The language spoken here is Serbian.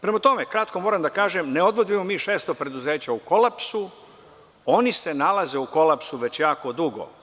Prema tome, kratko moram da kažem, ne odvodimo mi 600 preduzeća u kolapsu, oni se nalazu u kolapsu već jako dugo.